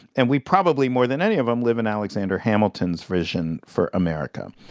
and we probably, more than any of them, live in alexander hamilton's vision for america.